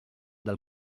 del